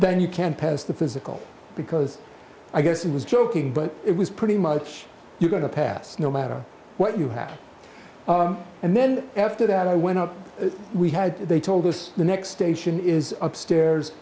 then you can pass the physical because i guess it was joking but it was pretty much you got a pass no matter what you had and then after that i went up we had they told us the next station is upstairs